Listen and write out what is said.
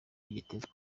igitego